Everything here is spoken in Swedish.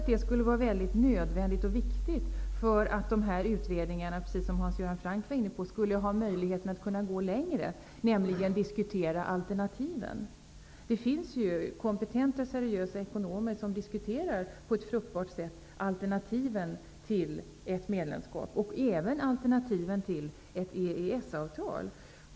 Det är nödvändigt och viktigt för att dessa utredningar, precis som Hans Göran Franck sade, skall har möjlighet att gå längre och kunna diskutera alternativen. Det finns kompetenta och seriösa ekonomer som på ett fruktbart sätt diskuterar alternativen till ett medlemskap, och även alternativen till ett EES avtal.